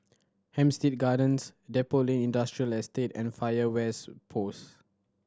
Hampstead Gardens Depot Lane Industrial Estate and Fire West Post